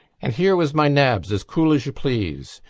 and here was my nabs, as cool as you please,